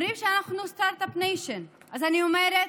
אומרים שאנחנו סטרטאפ ניישן, אז אני אומרת: